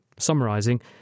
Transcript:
Summarising